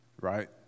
Right